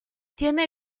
tiene